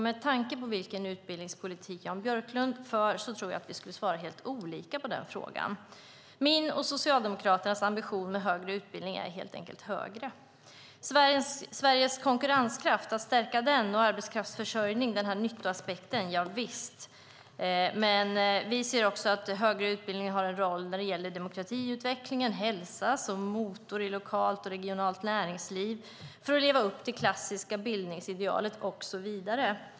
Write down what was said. Med tanke på vilken utbildningspolitik som Jan Björklund för tror jag att vi skulle svara helt olika på den frågan. Min och Socialdemokraternas ambition med högre utbildning är helt enkelt högre. Visst finns nyttoaspekten med arbetskraftsförsörjning och att stärka Sveriges konkurrenskraft. Men vi ser också att högre utbildning har en roll när det gäller demokratiutvecklingen, hälsa, motor i lokalt och regionalt näringsliv, för att leva upp till det klassiska bildningsidealet och så vidare.